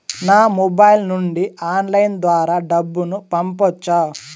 నా మొబైల్ నుండి ఆన్లైన్ ద్వారా డబ్బును పంపొచ్చా